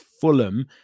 Fulham